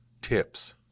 tips